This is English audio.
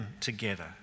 together